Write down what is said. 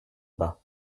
bas